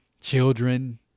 children